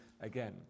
again